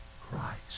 Christ